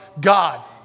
God